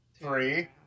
three